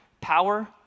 power